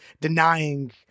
denying